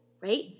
right